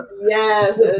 Yes